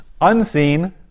Unseen